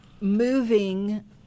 moving